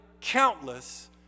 countless